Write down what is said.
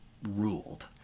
Ruled